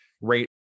rate